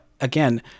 Again